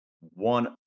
one